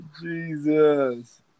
Jesus